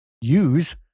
use